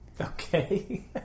Okay